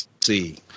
see